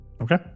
Okay